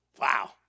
Wow